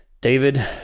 David